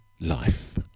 life